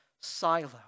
silo